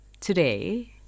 today